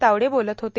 तावडे बोलत होते